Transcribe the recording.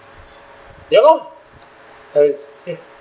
ya lor us mm